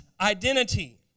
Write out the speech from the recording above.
identity